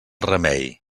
remei